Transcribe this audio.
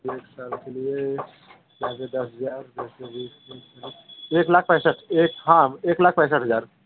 एक साल के लिए एक लाख पैसठ हज़ार हाँ एक लाख पैसठ हज़ार